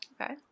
okay